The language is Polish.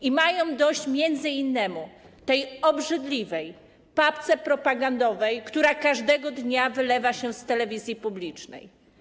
I mają dość m.in. tej obrzydliwej papki propagandowej, która każdego dnia wylewa się z telewizji publicznej.